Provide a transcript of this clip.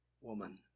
woman